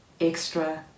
extra